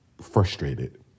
frustrated